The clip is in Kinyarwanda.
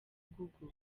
google